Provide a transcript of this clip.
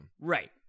right